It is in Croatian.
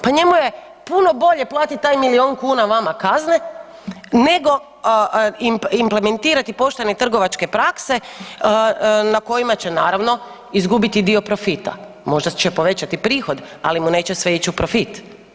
Pa njemu je puno bolje platit taj milijon kuna vama kazne nego implementirati poštene trgovačke prakse na kojima će naravno izgubiti dio profita, možda će povećati prihod, ali mu neće sve ić u profit.